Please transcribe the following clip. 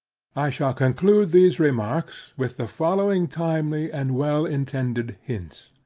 i shall conclude these remarks, with the following timely and well intended hints.